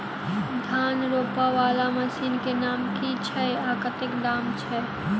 धान रोपा वला मशीन केँ नाम की छैय आ कतेक दाम छैय?